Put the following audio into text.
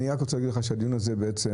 אני רק רוצה להגיד לך שהדיון הזה בעצם